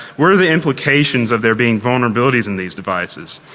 what are the implications of there being vulnerabilities in these devices?